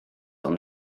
ond